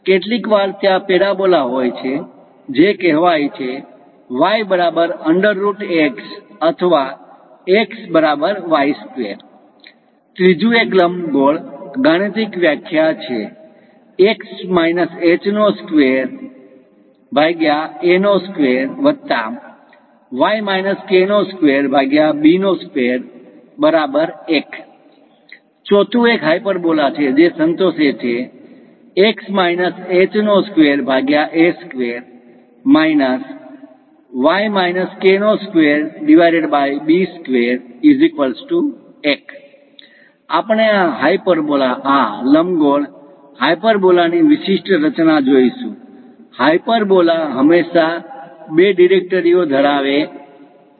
કેટલીકવાર ત્યાં પેરાબોલા હોય છે જે કહેવાય છે ત્રીજું એક લંબગોળ ગાણિતિક વ્યાખ્યા છે ચોથું એક હાઈપરબોલા છે જે સંતોષે છે આપણે આ હાયપરબોલા આહ લંબગોળ હાઈપરબોલા ની વિશિષ્ટ રચના જોઈશું હાયપરબોલા હંમેશાં બે ડિરેક્ટરીઓ ધરાવતા હોય છે